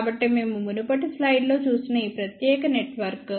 కాబట్టి మేము మునుపటి స్లయిడ్ లో చూసిన ఈ ప్రత్యేక నెట్వర్క్